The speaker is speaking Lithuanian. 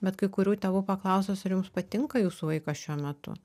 bet kai kurių tėvų paklausus ar jums patinka jūsų vaikas šiuo metu